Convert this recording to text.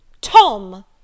Tom